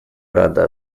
рада